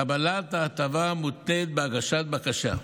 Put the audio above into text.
קבלת ההטבה מותנית בהגשת בקשה.